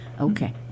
Okay